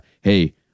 hey